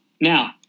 Now